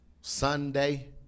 Sunday